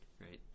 right